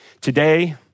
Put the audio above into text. Today